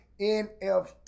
NFT